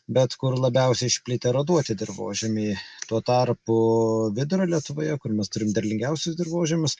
bet kur labiausiai išplitę eroduoti dirvožemiai tuo tarpu vidurio lietuvoje kur mes turim derlingiausius dirvožemius